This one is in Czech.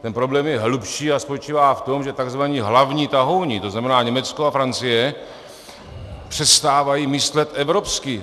Ten problém je hlubší a spočívá v tom, že tzv. hlavní tahouni, to znamená Německo a Francie, přestávají myslet evropsky.